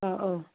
औ